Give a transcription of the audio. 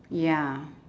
ya